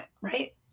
right